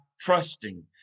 trusting